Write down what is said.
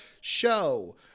show